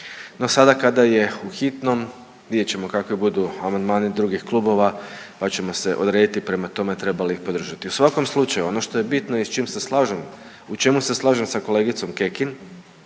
no sada kada je u hitnom vidjet ćemo kakvi budu amandmani drugih klubova, pa ćemo se odrediti prema tome treba li ih podržati. U svakom slučaju ono što je bitno i s čim se slažem, u čemu se slažem sa kolegicom Kekin